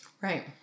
Right